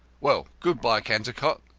well, good-by, cantercot,